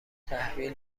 تحویل